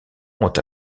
ont